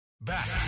Back